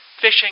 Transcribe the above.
fishing